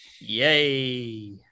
Yay